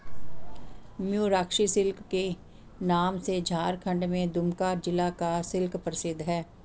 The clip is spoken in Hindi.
मयूराक्षी सिल्क के नाम से झारखण्ड के दुमका जिला का सिल्क प्रसिद्ध है